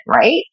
right